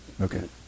okay